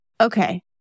Okay